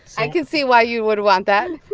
i can see why you would want that